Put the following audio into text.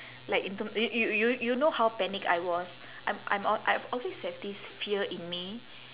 like in term y~ y~ you you know how panic I was I'm I'm al~ I've always have this fear in me